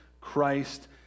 Christ